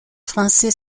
francis